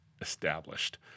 established